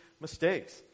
mistakes